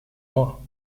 mois